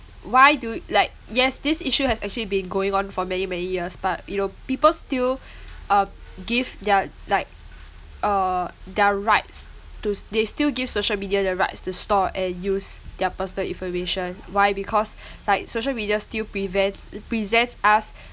why do like yes this issue has actually been going on for many many years but you know people still um give their like uh their rights to they still give social media the rights to store and use their personal information why because like social media still prevents presents us